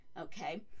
Okay